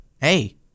Hey